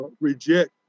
reject